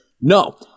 No